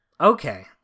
Okay